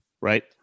right